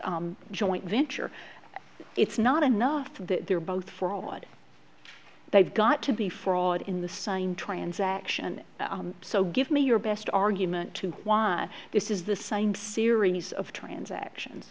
joint venture it's not enough that they're both fraud they've got to be fraud in the sign transaction so give me your best argument to why this is the same series of transactions